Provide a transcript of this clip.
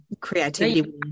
creativity